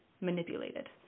manipulated